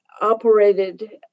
operated